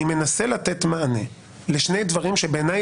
אני מנסה לתת מענה לשני דברים שבעיניי